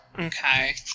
Okay